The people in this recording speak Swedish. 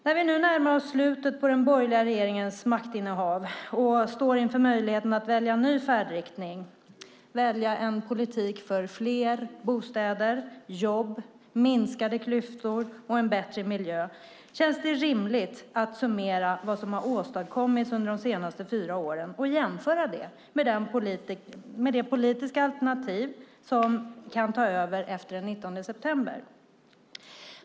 När vi nu närmar oss slutet på den borgerliga regeringens maktinnehav och står inför möjligheten att välja ny färdriktning, att välja en politik för fler bostäder och jobb, minskade klyftor och en bättre miljö, känns det rimligt att summera vad som har åstadkommits under de senaste fyra åren och jämföra det med det politiska alternativ som kan ta över efter den 19 september.